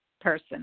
person